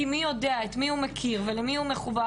כי מי יודע את מי הוא מכיר ולמי הוא מחובר.